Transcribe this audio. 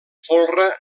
folre